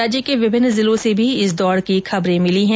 राज्य के विभिन्न जिलों से भी इस दौड़ की खबरें मिली है